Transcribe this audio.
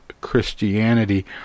Christianity